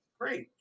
great